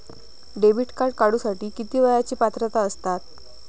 Debit card काढूसाठी किती वयाची पात्रता असतात?